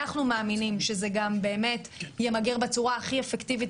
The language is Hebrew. אנחנו מאמינים שזה ימגר בצורה הכי אפקטיבית